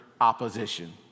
opposition